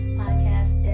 podcast